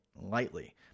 lightly